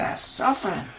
suffering